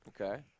Okay